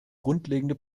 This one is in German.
grundlegende